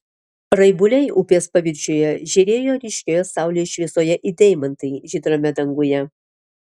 raibuliai upės paviršiuje žėrėjo ryškioje saulės šviesoje it deimantai žydrame danguje